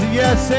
yes